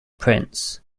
prince